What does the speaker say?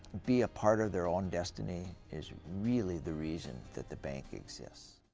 be a part of their own destiny is really the reason that the bank exists.